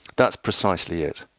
that's precisely it.